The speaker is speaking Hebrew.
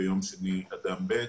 ביום שני אדם בי"ת,